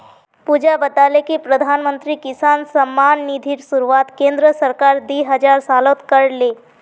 पुजा बताले कि प्रधानमंत्री किसान सम्मान निधिर शुरुआत केंद्र सरकार दी हजार सोलत कर ले